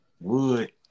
wood